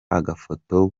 agafoto